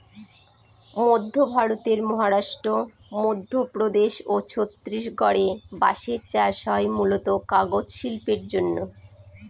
মধ্য ভারতের মহারাষ্ট্র, মধ্যপ্রদেশ ও ছত্তিশগড়ে বাঁশের চাষ হয় মূলতঃ কাগজ শিল্পের জন্যে